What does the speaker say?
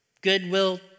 goodwill